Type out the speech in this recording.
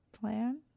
plan